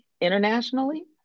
internationally